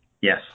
yes